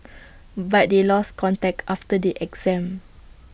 but they lost contact after the exam